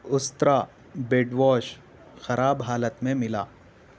استرا bed ووش خراب حالت میں ملا